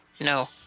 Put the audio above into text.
No